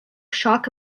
shock